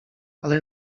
ale